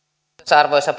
arvoisa